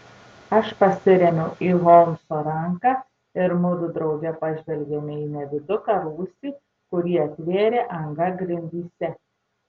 aš pasirėmiau į holmso ranką ir mudu drauge pažvelgėme į nediduką rūsį kurį atvėrė anga grindyse